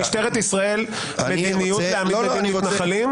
יש כנראה למשטרת ישראל מדיניות להעמיד לדין מתנחלים?